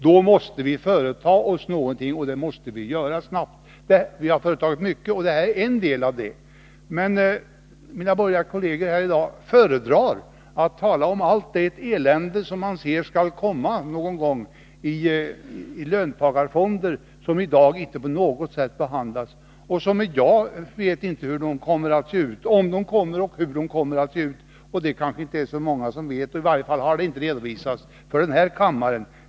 Vi måste företa oss någonting, och vi måste göra det snabbt. Vi har redan gjort mycket, och det här är ytterligare ett steg på den vägen. Men mina borgerliga kolleger föredrar att här i dag tala om allt det elände som man tror skall komma i form av löntagarfonder, som i dag inte på något sätt är uppe till behandling. Jag vet inte om de kommer och hur de i så fall kommer att se ut, och det är kanske inte så många som vet det; i varje fall har det inte redovisats för kammaren.